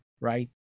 right